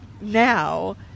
now